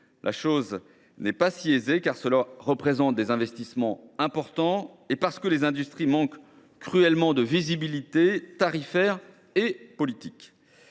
la chose n’est pas si aisée, parce que cela exige des investissements importants et que les industries manquent cruellement de visibilité tarifaire et politique.